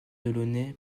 delaunay